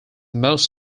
most